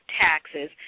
taxes